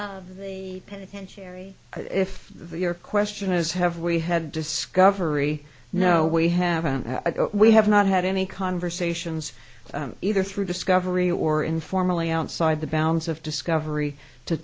of the penitentiary if your question is have we had discovery no we haven't we have not had any conversations either through discovery or informally outside the bounds of discovery to